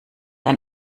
ein